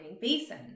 basin